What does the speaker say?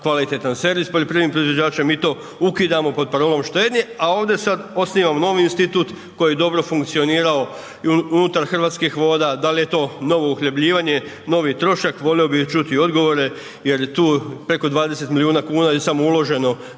kvalitetan servis poljoprivrednim proizvođačima, mi to ukidamo pod parolom štednje, a ovdje sad osnivamo novi institut koji je dobro funkcionirao unutar Hrvatskih voda. Da li je to novo uhljebljivanje, novi trošak, volio bih čuti odgovore jer tu preko 20 milijuna kuna je samo uloženo